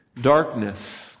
darkness